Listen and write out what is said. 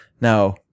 Now